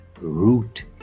root